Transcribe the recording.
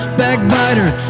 backbiter